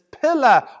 pillar